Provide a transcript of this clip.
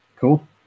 Cool